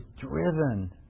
driven